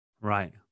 right